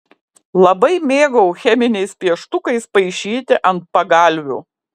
labai mėgau cheminiais pieštukais paišyti ant pagalvių